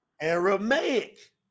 Aramaic